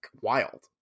wild